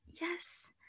yes